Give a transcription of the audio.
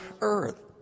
Earth